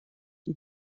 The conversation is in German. die